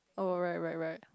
oh right right right